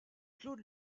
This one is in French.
claude